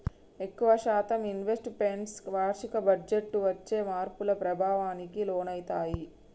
ఎక్కువ శాతం investments వార్షిక బడ్జెట్టు వచ్చే మార్పుల ప్రభావానికి లోనయితయ్యి